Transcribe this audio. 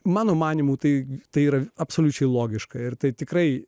mano manymu tai yra absoliučiai logiška ir tai tikrai